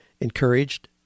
encouraged